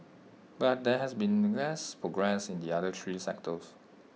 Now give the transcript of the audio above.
but there has been less progress in the other three sectors